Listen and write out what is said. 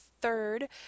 third